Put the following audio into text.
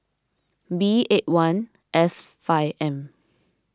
B eight one S five M